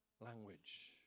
language